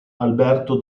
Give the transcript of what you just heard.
alberto